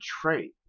trait